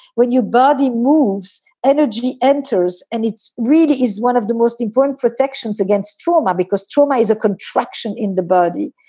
when your body moves, energy enters and it's read is one of the most important protections against trauma because trauma is a contraction in the body.